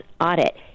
audit